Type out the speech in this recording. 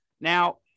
now